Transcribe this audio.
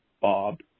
Bob